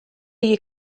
you